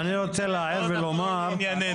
יש היום לקונה בחוק מה אומר אותו צו של מבנה מסוכן.